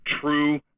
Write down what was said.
true